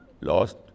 lost